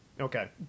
Okay